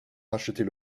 racheter